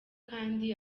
kandi